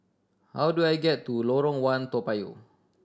how do I get to Lorong One Toa Payoh